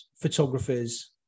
photographers